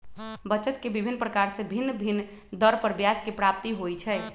बचत के विभिन्न प्रकार से भिन्न भिन्न दर पर ब्याज के प्राप्ति होइ छइ